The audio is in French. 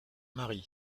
mari